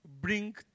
bring